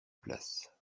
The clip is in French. place